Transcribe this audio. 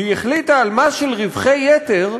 והיא החליטה על מס של רווחי יתר,